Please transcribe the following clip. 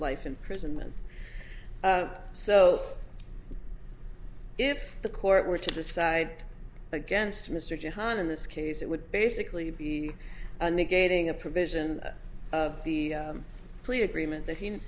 life imprisonment so if the court were to decide against mr jihan in this case it would basically be negating a provision of the plea agreement that he